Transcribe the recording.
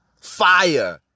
fire